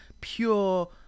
pure